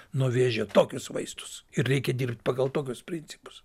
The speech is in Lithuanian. nuo vėžio tokius vaistus ir reikia dirbt pagal tokius principus